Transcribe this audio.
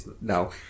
no